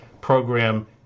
program